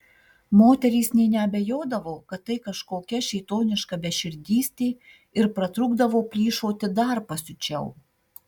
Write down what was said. moterys nė neabejodavo kad tai kažkokia šėtoniška beširdystė ir pratrūkdavo plyšoti dar pasiučiau